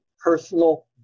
personal